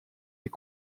est